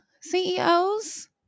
CEOs